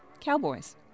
cowboys